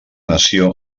nació